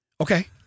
Okay